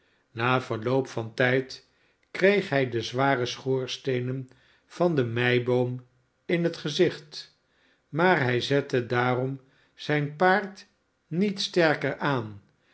na verloop van tijd kreeg hij de zware schoorsteenen van de meiboom in het gezicht maar hij zette daarom zijn paard niet sterker aan